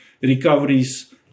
recoveries